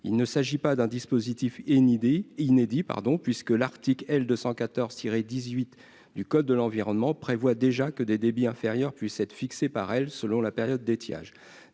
il ne s'agit pas d'un dispositif et une idée inédit, pardon, puisque l'article L 214 18 du code de l'environnement prévoit déjà que des débits inférieurs puisse être fixés par elle, selon la période d'étiage,